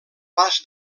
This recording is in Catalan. pas